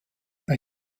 bei